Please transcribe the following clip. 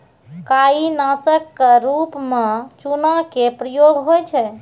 काई नासक क रूप म चूना के प्रयोग होय छै